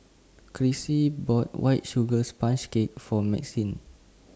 Crissy bought White Sugar Sponge Cake For Maxine